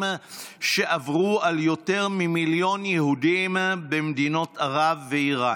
שעברו על יותר ממיליון יהודים במדינות ערב ואיראן.